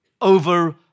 over